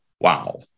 wow